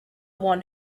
one